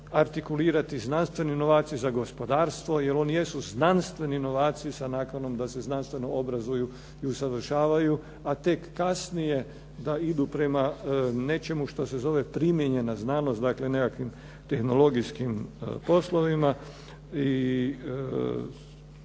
artikulirati znanstveni novaci za gospodarstvo, jer oni jesu znanstveni novaci sa nakanom da se znanstveno obrazuju i usavršavaju, a tek kasnije da idu prema nečemu što se zove primijenjena znanost, dakle nekakvim tehnologijskim poslovima